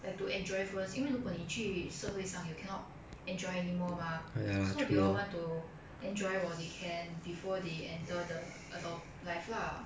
like to enjoy first 因为如果你去社会上 you cannot enjoy anymore mah so they all want to enjoy while they can before they enter the adult life lah